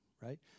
right